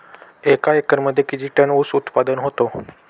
एका एकरमध्ये किती टन ऊस उत्पादन होतो?